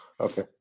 Okay